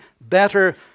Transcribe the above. better